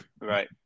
Right